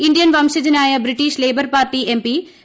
Indian വംശജനായ British Labour party എംപ്പിച്ചു